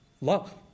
love